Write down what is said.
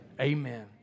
Amen